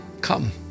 Come